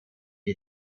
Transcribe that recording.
die